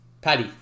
Paddy